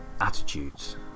attitudes